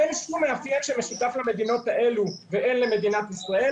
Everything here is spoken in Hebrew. אין שום מאפיין שמשותף למדינות האלה ואין למדינת ישראל,